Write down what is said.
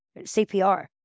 CPR